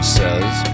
says